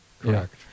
correct